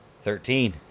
Thirteen